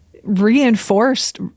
reinforced